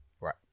right